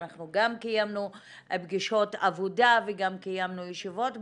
גם קיימנו פגישות עבודה וגם קיימנו ישיבות בוועדה,